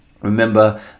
remember